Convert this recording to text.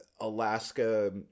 alaska